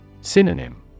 Synonym